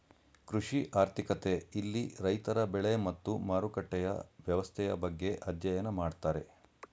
ಕೃಷಿ ಆರ್ಥಿಕತೆ ಇಲ್ಲಿ ರೈತರ ಬೆಳೆ ಮತ್ತು ಮಾರುಕಟ್ಟೆಯ ವ್ಯವಸ್ಥೆಯ ಬಗ್ಗೆ ಅಧ್ಯಯನ ಮಾಡ್ತಾರೆ